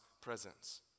presence